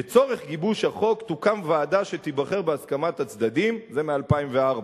לצורך גיבוש החוק תוקם ועדה שתיבחר בהסכמת הצדדים" זה מ-2004,